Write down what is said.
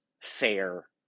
fair